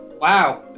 Wow